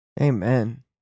Amen